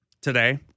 today